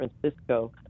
Francisco